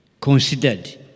considered